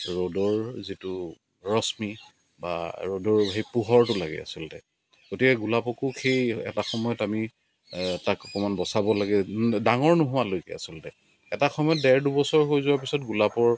ৰ'দৰ যিটো ৰশ্মি বা ৰ'দৰ সেই পোহৰটো লাগে আচলতে গতিকে গোলাপকো সেই এটা সময়ত আমি তাক অকণমান বচাব লাগে ডাঙৰ নোহোৱালৈকে আচলতে এটা সময়ত ডেৰ দুবছৰ হৈ যোৱাৰ পাছত গোলাপৰ